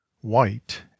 white